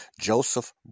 Joseph